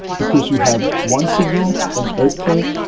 because you have one signal, an earthquake,